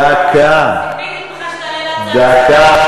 דקה.